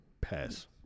pass